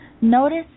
Notice